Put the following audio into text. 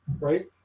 right